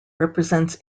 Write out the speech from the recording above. represents